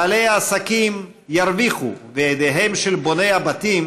בעלי העסקים ירוויחו וידיהם של בוני הבתים